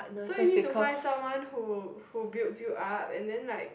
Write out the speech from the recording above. so you need to find someone who who builds you up and then like